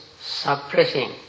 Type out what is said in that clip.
suppressing